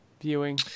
viewing